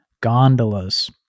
Gondolas